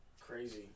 Crazy